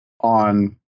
on